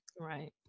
right